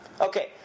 Okay